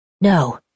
no